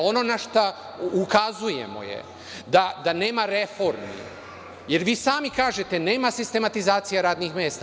Ono na šta ukazujemo je da nema reformi, jer vi sami kažete da nema sistematizacije radnih mesta.